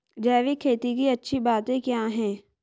जैविक खेती की अच्छी बातें क्या हैं?